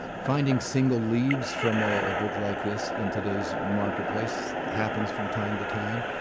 finding single leaves from a book like this in today's marketplace happens from time to time,